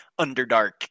Underdark